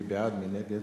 מי בעד, מי נגד?